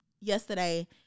Yesterday